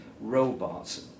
robots